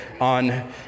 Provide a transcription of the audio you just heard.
on